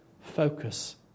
Focus